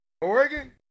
Oregon